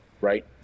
Right